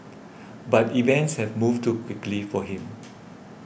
but events have moved too quickly for him